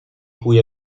cui